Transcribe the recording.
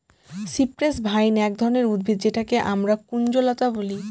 cypress vine এক ধরনের উদ্ভিদ যেটাকে আমরা কুঞ্জলতা বলি